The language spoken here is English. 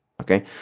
Okay